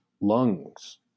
lungs